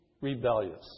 rebellious